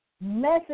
message